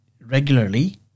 regularly